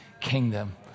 kingdom